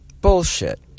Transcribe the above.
Bullshit